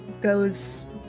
goes